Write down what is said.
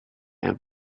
and